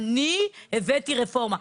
אני הבאתי רפורמה.